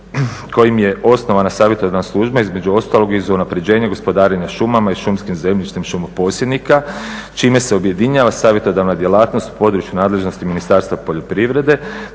kojim je osnovana savjetodavna služba između ostalog iz unapređenja gospodarenja šumama i šumskim zemljištem šumoposjednika čime se objedinjava savjetodavna djelatnost u području nadležnosti Ministarstva poljoprivrede